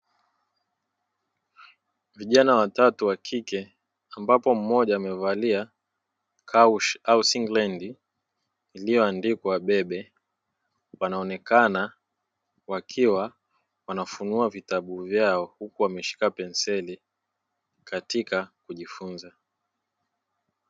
Vijana watatu wa kike ambapo mmoja amevalia kawoshi au singilendi, iliyoandikwa baby wanaonekana wakiwa wanafunua vitabu vyao huku wameshika penseli katika kujifunza.